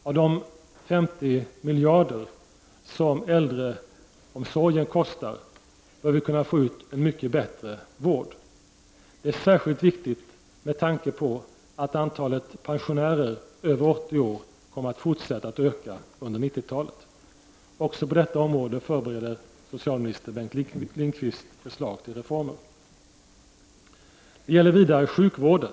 Av de 50 miljarder som äldreomsorgen kostar bör vi kunna få ut en mycket bättre vård. Det är särskilt viktigt med tanke på att antalet pensionärer över 80 år kommer att fortsätta att öka under 90-talet. Också på detta område förbereder socialminister Bengt Lindqvist förslag till reformer. — Det gäller sjukvården.